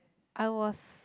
I was